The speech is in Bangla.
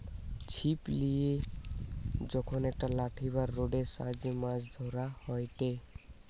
ছিপ লিয়ে যখন একটা লাঠি বা রোডের সাহায্যে মাছ ধরা হয়টে